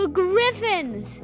griffins